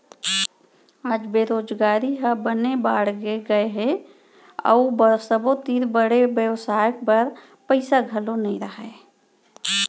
आज बेरोजगारी ह बने बाड़गे गए हे अउ सबो तीर बड़े बेवसाय बर पइसा घलौ नइ रहय